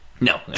No